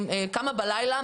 קמה בלילה,